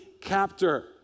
captor